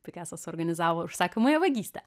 pikasas suorganizavo užsakomąją vagystę